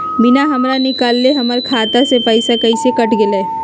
बिना हमरा निकालले, हमर खाता से पैसा कैसे कट गेलई?